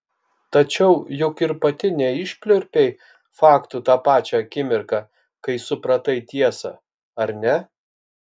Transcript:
tačiau juk ir pati neišpliurpei faktų tą pačią akimirką kai supratai tiesą ar ne